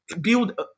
build